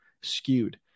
skewed